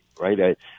right